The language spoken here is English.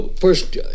First